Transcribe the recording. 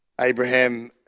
Abraham